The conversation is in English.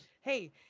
hey